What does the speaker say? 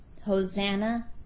Hosanna